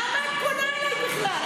למה את פונה אליי בכלל?